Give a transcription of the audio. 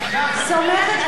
על מי את כן סומכת?